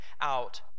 out